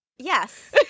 Yes